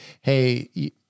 Hey